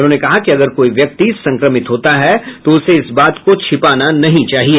उन्होंने कहा कि अगर कोई व्यक्ति संक्रमित होता है तो उसे इस बात को छिपाना नहीं चाहिए